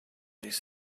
his